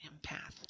empath